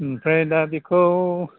ओमफ्राय दा बेखौ